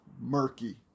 murky